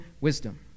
wisdom